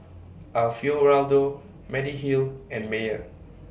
Alfio Raldo Mediheal and Mayer